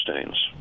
stains